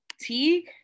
Teague